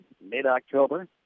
mid-October